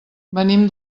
venim